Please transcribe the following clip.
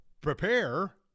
prepare